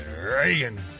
Reagan